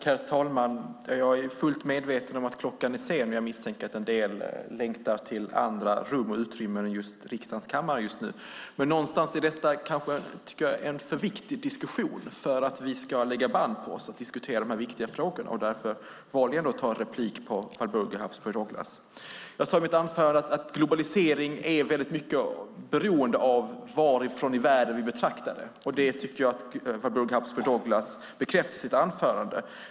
Herr talman! Jag är fullt medveten om att timmen är sen, och jag misstänker att många längtar till andra rum än just riksdagens kammare just nu. Men någonstans är detta ändå en för viktig diskussion för att vi ska lägga band på oss. Därför valde jag att begära replik på Walburga Habsburg Douglas. I mitt anförande sade jag att globaliseringen är beroende av varifrån i världen vi betraktar den. Det tycker jag att Walburga Habsburg Douglas bekräftar i sitt anförande.